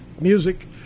music